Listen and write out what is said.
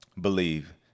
believe